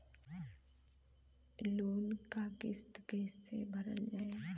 Loan क किस्त कैसे भरल जाए?